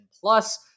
plus